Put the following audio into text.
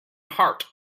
heart